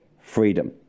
freedom